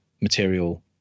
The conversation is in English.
material